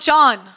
John